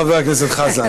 חבר הכנסת חזן.